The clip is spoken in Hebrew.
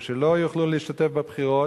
ושלא יוכלו להשתתף בבחירות,